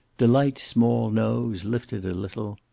delight's small nose lifted a little.